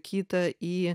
kitą į